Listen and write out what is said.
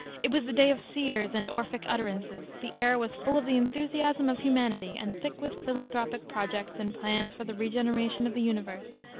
it was the day of seers and orphic utterances the air was full of the enthusiasm of humanity and thick with philanthropic projects and plans for the regeneration of the universe.